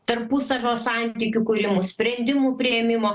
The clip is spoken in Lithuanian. tarpusavio santykių kūrimų sprendimų priėmimo